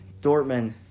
Dortmund